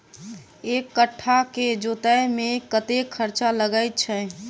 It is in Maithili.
एक कट्ठा केँ जोतय मे कतेक खर्चा लागै छै?